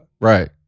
Right